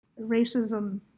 racism